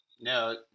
No